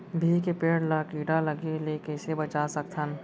बिही के पेड़ ला कीड़ा लगे ले कइसे बचा सकथन?